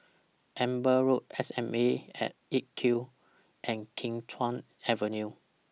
Amber Road SAM At eight Q and Kim Chuan Avenue